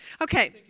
okay